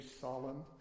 solemn